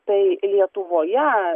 tai lietuvoje